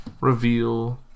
reveal